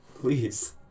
Please